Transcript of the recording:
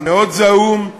מאוד זעום,